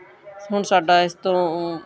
ਹੁਣ ਸਾਡਾ ਇਸ ਤੋਂ